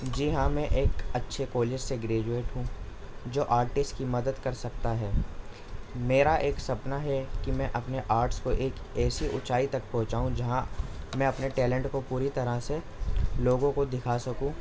جی ہاں میں ایک اچھے کالج سے گریجویٹ ہوں جو آرٹسٹ کی مدد کر سکتا ہے میرا ایک سپنا ہے کہ میں اپنے آرٹس کو ایسی اونچائی تک پہنچاؤں جہاں میں اپنے ٹیلنٹ کو پوری طرح سے لوگوں کو دکھا سکوں